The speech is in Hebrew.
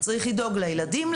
צריך לדאוג לילדים,